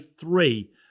three